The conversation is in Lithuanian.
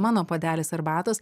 mano puodelis arbatos